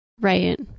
Right